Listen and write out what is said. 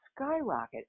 skyrocket